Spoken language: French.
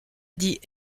dit